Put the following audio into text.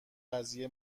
قضیه